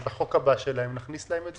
אז בחוק הבא שלהם נכניס להם את זה.